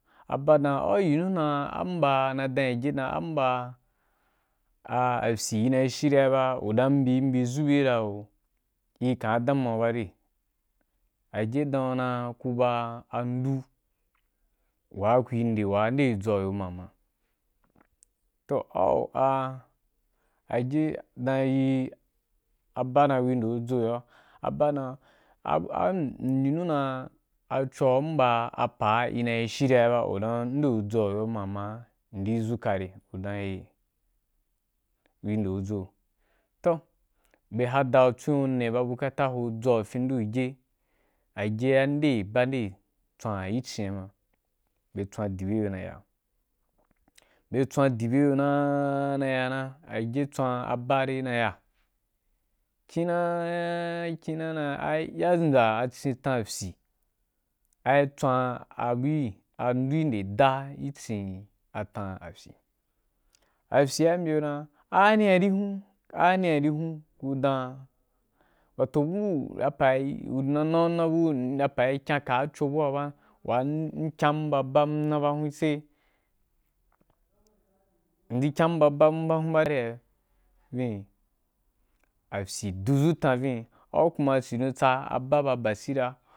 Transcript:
Aba dan au yi nua am ba na yi dana agye dan amba a afyi in yi shir ya’i ba u dan m bi mbi zu bye ra’o yi ka’a da mu wa ba re, agye dan yi gu na ana ku ba andu wa kurī nde wa ri nde zo wa yo ma ma, toh au a agye dan yi gu na ana ku ba andu wa kuri nde wa ri nde zo wa yo ma ma, toh au a agye danyi aba dan ku ri ndegu zo ra ma, aba dan an am mi yi nu dan achoa am ba a pa ra ina yi shirya i ba amma u dan nden dzo wayo mama ndi zuka re udan aie, ku ri nde gu dzo, toh bye hadda gu ba tswin ne katta bu ge nde ho dzo a fin ndu gye, a gye ba nde bande tswan gî cin’a ma, bye tswa dī bye gi yo na’i yo. Bye tswan di bye gi yo na’a na ya na, abgye tswan ba de na ya, kiina’a kina na ya ai ya mbya cin tan afyi, ai tswan a du an du’i nde da’i gi cin a tan afyi, afyi a mbye gu dan, a a ani ari hun a ani hun, ku dan, wato bu apa u nana bu a pa ri kyan-ka’a a cho bu wa ba wa mikyan ba ban na ba hun sai, m’ai kyan ba ban ba base vin afyin du zu tan vin, au kuma cidon tsa aba ba busira.